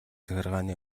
захиргааны